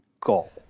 goal